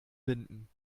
binden